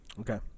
okay